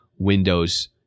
Windows